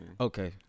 okay